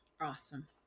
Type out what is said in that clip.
Awesome